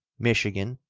michigan,